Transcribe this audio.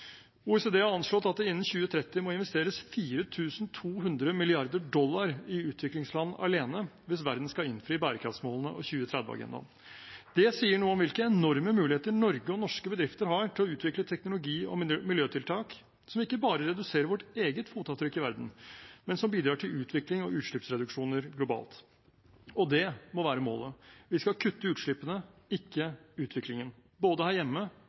OECD har anslått at det innen 2030 må investeres 4 200 mrd. dollar i utviklingsland alene hvis verden skal innfri bærekraftsmålene og 2030-agendaen. Det sier noe om hvilke enorme muligheter Norge og norske bedrifter har til å utvikle teknologi og miljøtiltak som ikke bare reduserer vårt eget fotavtrykk i verden, men som bidrar til utvikling og utslippsreduksjoner globalt, og det må være målet. Vi skal kutte utslippene, ikke utviklingen, både her hjemme